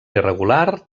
irregular